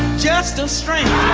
just a stranger.